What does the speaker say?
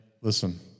listen